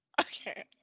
Okay